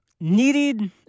needed